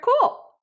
cool